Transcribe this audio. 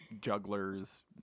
jugglers